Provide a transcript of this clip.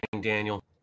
Daniel